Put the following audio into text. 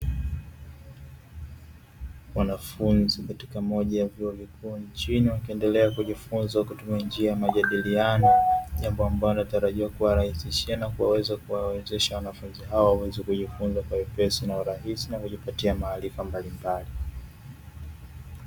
Wanafunzi katika moja ya vyuo vikuu nchini wakiendelea kujifunza kutumia njia ya majadiliano, jambo ambalo linatarajiwa kuwa rahisishia na kuweza kuwawezesha wanafunzi hao wameze kujifunza kwa wepesi na urahisi waweze kujipatia maarifa mbalimbali.